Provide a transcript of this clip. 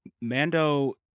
Mando